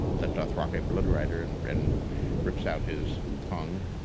the dothraki bloodrider and and rips out his tongue.